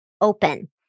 open